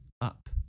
up